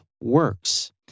works